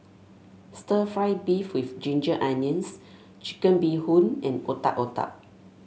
stir fry beef with Ginger Onions Chicken Bee Hoon and Otak Otak